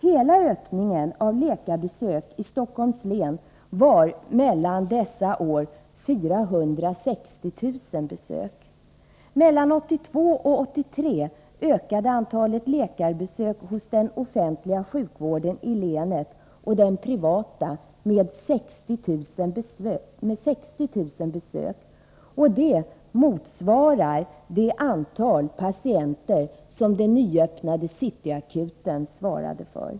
Hela ökningen av antalet läkarbesök i Stockholms län var mellan dessa år 460 000 besök. Från 1982 till 1983 ökade antalet läkarbesök hos den offentliga sjukvården i länet och den privata med 60 000 besök. Det motsvarar det antal patienter som den nyöppnade City Akuten svarade för.